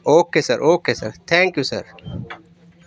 okay sir okay sir thank you sir